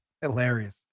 Hilarious